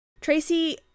Tracy